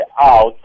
out